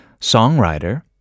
songwriter